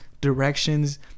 directions